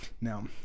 Now